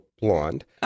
Blonde